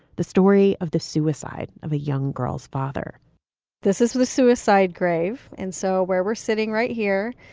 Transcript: the story of the suicide of a young girl's father this is was suicide grave. and so where we're sitting right here,